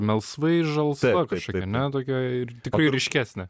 melsvai žalsva kažkokia ane tokia ir tikrai ryškesnė